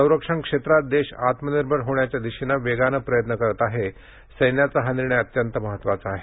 संरक्षण क्षेत्रात देश आत्मनिर्भर होण्याच्या दिशेनं वेगानं प्रयत्न करत आहे सैन्याचा हा निर्णय अत्यंत महत्वाचा आहे